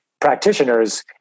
practitioners